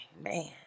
man